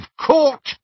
caught